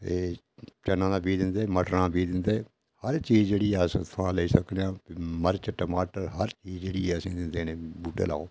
एह् चना दा बीऽ दिंदे मटरां दा बीऽ दिंदे हर चीज ऐ जेह्ड़ी अस उत्थुआं लेई सकनेआं मर्च टमाटर हर चीज जेह्ड़ी ऐ असें गी दिंदें न आक्खदे बुह्टे लाओ